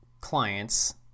clients